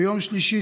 ביום שלישי,